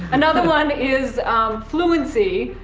another one is fluency,